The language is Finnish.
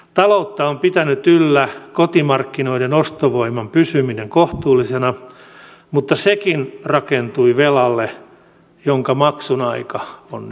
taloutta on pitänyt yllä kotimarkkinoiden ostovoiman pysyminen kohtuullisena mutta sekin rakentui velalle jonka maksun aika on nyt